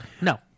No